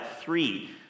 three